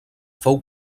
fou